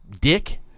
dick